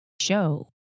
show